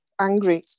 angry